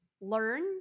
learn